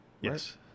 Yes